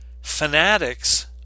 fanatics